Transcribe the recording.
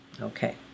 Okay